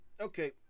Okay